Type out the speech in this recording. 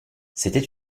c’était